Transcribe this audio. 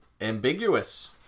Ambiguous